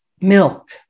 milk